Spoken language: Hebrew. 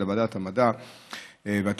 של ועדת המדע והטכנולוגיה,